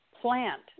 plant